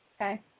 Okay